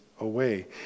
away